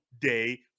day